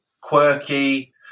quirky